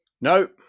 No